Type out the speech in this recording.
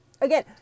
Again